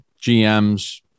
GMs